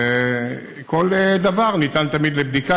כל דבר ניתן תמיד לבדיקה.